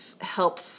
help